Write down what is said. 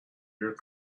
your